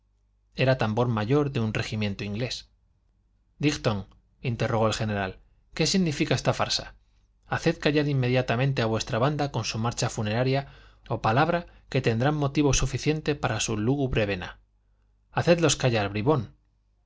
era tambor mayor de un regimiento inglés dighton interrogó el general qué significa esta farsa haced callar inmediatamente a vuestra banda con su marcha funeraria o palabra que tendrán motivo suficiente para su lúgubre vena hacedlos callar bribón